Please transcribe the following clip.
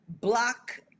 block